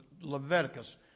Leviticus